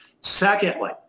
Secondly